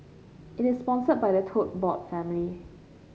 it is sponsored by the Tote Board family